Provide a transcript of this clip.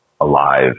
alive